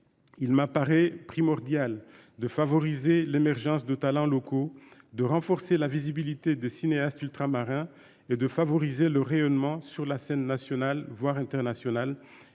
Il m'apparaît primordial de favoriser l'émergence de talents locaux de renforcer la visibilité de cinéastes ultramarins et de favoriser le rayonnement sur la scène nationale voire internationale